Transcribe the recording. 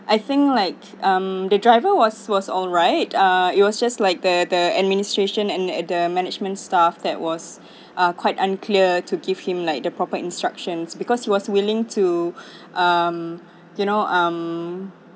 I think like um the driver was was all right uh it was just like the the administration and and the management staff that was quite unclear to give him like the proper instructions because he was willing to um you know um